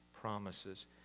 promises